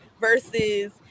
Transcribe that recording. versus